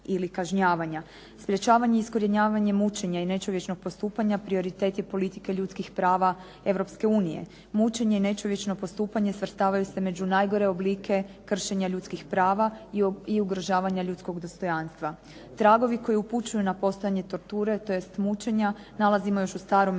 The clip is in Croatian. Sprečavanje i iskorijenjavanje mučenja i nečovječnog postupanja prioritet je politike ljudskih prava Europske unije. Mučenje i nečovječno postupanje stavljaju se među najgore oblike kršenja ljudskih prava i ugrožavanja ljudskog dostojanstva. Tragovi koji upućuju na postojanje torture odnosno mučenja nalazimo još u starom Egiptu